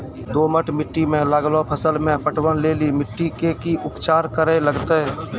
दोमट मिट्टी मे लागलो फसल मे पटवन लेली मिट्टी के की उपचार करे लगते?